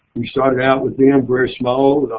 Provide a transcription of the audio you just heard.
we started out with them very small.